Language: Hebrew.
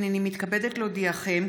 הינני מתכבדת להודיעכם,